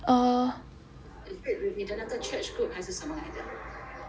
is it with 你的那个 church group 还是什么来的